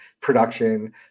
production